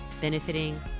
benefiting